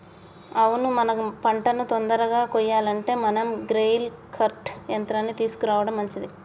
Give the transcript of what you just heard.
అవును మన పంటను తొందరగా కొయ్యాలంటే మనం గ్రెయిల్ కర్ట్ యంత్రాన్ని తీసుకురావడం మంచిది